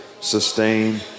sustain